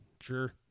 Sure